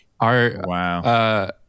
wow